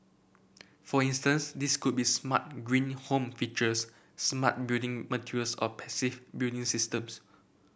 for instance these could be smart green home features smart building materials or passive building systems